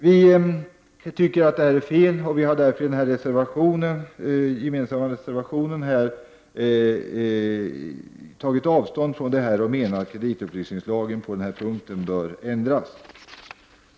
Vi tycker att detta är fel. Vi har därför i den gemensamma reservationen tagit avstånd från detta och menar att kreditupplysningslagen på denna punkt bör ändras.